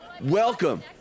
Welcome